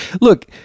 look